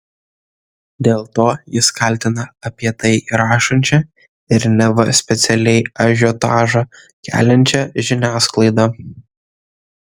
dėl to jis kaltina apie tai rašančią ir neva specialiai ažiotažą keliančią žiniasklaidą